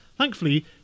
Thankfully